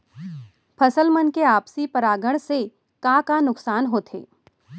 फसल मन के आपसी परागण से का का नुकसान होथे?